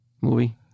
movie